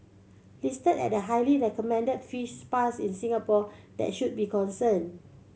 listed at the highly recommended fish spas in Singapore that should be concerned